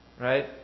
Right